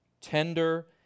tender